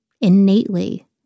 innately